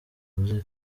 yavuze